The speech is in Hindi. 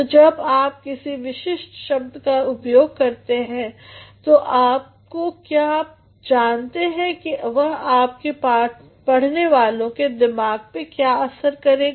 तो जब आप किसी विशिष्ट शब्द का उपयोग करते हैं तो क्या आप जानते हैं कि वह आपके पढ़ने वालों के दिमाग पे क्या असर करेगा